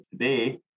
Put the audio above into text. today